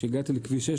שהגעתי לכביש 6,